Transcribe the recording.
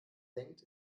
denkt